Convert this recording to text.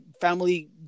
family